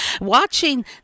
watching